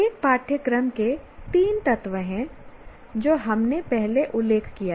एक पाठ्यक्रम के 3 तत्व हैं जो हमने पहले उल्लेख किया है